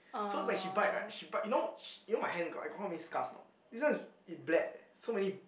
so when she bite right she bite you know she you know my hand got I got how many scars or not this one is it bled eh so many